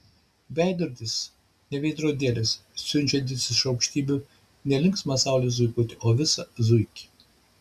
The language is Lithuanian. veidrodis ne veidrodėlis siunčiantis iš aukštybių ne linksmą saulės zuikutį o visą zuikį